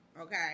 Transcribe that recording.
okay